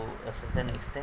to a certain extent